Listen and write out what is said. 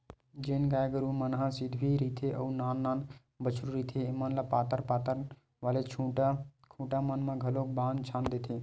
जेन गाय गरु मन ह सिधवी रहिथे अउ नान नान बछरु रहिथे ऐमन ल पातर पातर वाले खूटा मन म घलोक बांध छांद देथे